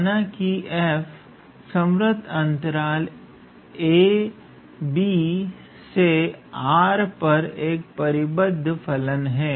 माना कि f संवृतअंतराल 𝑎b से R पर एक परिबद्ध फलन है